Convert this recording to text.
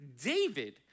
David